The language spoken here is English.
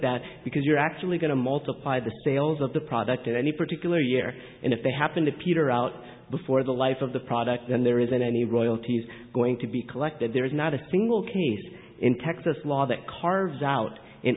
that because you're actually going to multiply the sales of the product in any particular year and if they happen to peter out before the life of the product then there isn't any royalties going to be collected there is not a single case in texas law that carve out an